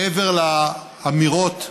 מעבר לאמירות ולסמלים,